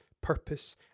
purpose